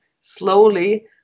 slowly